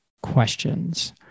questions